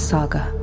Saga